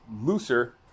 looser